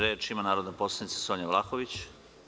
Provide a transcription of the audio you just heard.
Reč ima narodna poslanica Sonja Vlahović.